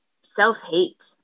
self-hate